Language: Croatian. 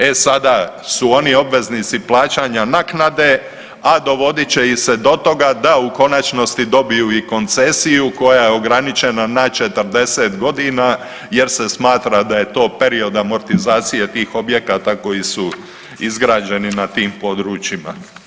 E sada su oni obveznici plaćanja naknade, a dovodit će ih se do toga da u konačnosti dobiju i koncesiju koja je ograničena na 40 godina jer se smatra da je to period amortizacije tih objekata koji su izgrađeni na tim područjima.